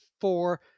four